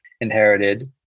inherited